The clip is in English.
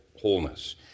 wholeness